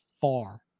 far